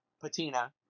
patina